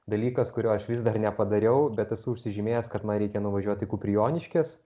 dalykas kurio aš vis dar nepadariau bet esu užsižymėjęs kad man reikia nuvažiuot į kuprijoniškes